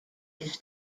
his